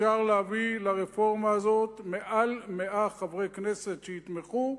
אפשר להביא לרפורמה הזאת מעל 100 חברי כנסת שיתמכו,